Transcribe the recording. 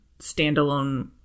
standalone